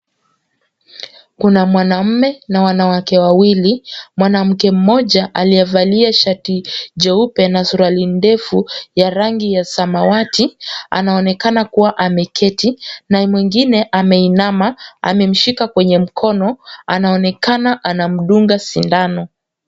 Kuna mwanamme na wanawake wawili. Mwanamke mmoja aliyevalia shati jeupe na suruali ndefu ya rangi ya samawati, anaonekana kuwa ameketi na mwingine ameinama, amemshika kwenye mkono, anaonekana anamdunga sindano.